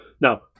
Now